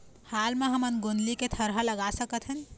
हाल मा हमन गोंदली के थरहा लगा सकतहन?